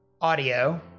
audio